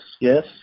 yes